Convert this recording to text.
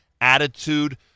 attitude